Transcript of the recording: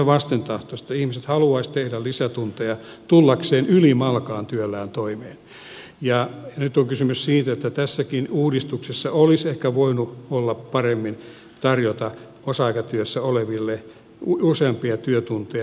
ihmiset haluaisivat tehdä lisätunteja tullakseen ylimalkaan työllään toimeen ja nyt on kysymys siitä että tässäkin uudistuksessa olisi ehkä voinut olla paremmin tarjota osa aikatyössä oleville useampia työtunteja